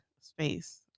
space